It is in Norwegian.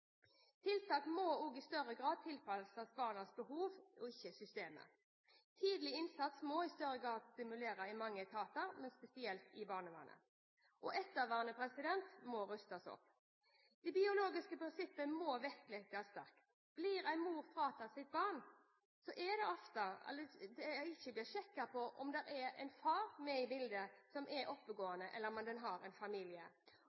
Tiltak må også i større grad tilpasses barnas behov, og ikke systemet. Det må i større grad stimuleres til tidlig innsats i mange etater, men spesielt i barnevernet, og ettervernet må rustes opp. Det biologiske prinsippet må vektlegges sterkt. Blir en mor fratatt sitt barn, blir det ofte ikke sjekket om det er en far med i bildet som er